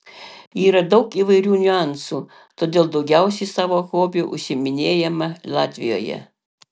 yra daug įvairių niuansų todėl daugiausiai savo hobiu užsiiminėjame latvijoje